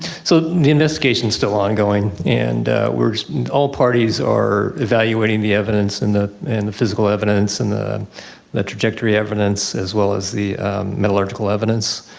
so the investigation's still ongoing and and all parties are evaluating the evidence and the and the physical evidence and the the trajectory evidence as well as the metallurgical evidence.